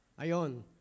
Ayon